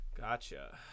Gotcha